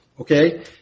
Okay